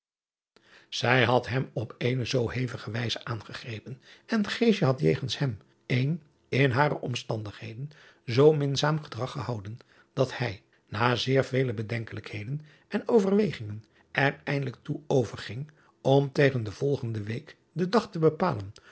ij had hem op eene zoo driaan oosjes zn et leven van illegonda uisman hevige wijze aangegrepen en had jegens hem een in hare omstandigheden zoo minzaam gedrag gehouden dat hij na zeer vele bedenkelijkheden en overwegingen er eindelijk toe over ging om tegen de volgende week den dag te bepalen